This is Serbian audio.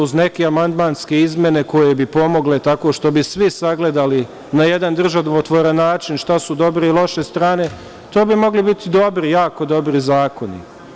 Uz neke amandmanske izmene koje bi pomogle, tako što bi svi sagledali na jedan državotvoran način šta su dobre ili loše strane, to bi mogli biti dobri, jako dobri zakoni.